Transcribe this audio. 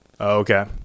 Okay